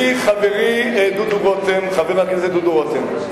ידידי חברי חבר הכנסת דודו רותם,